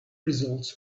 results